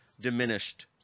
diminished